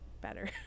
better